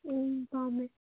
ꯎꯝ ꯄꯥꯝꯃꯦ